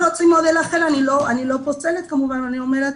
אני לא פוסלת מודל אחר, אני רק אומרת